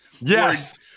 Yes